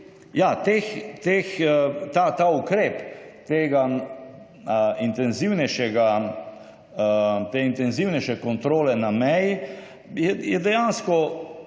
Ta ukrep te intenzivnejše kontrole na meji je dejansko,